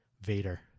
Vader